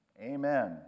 Amen